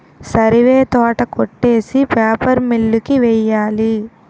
సరివే తోట కొట్టేసి paper mill కి వెయ్యాలి